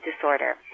disorder